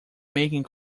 making